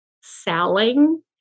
selling